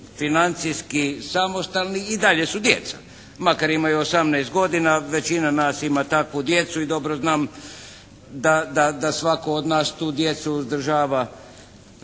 financijski samostalni i dalje su djeca makar imaju 18 godina većina nas ima takvu djecu i dobro znam da svatko od nas tu djecu uzdržava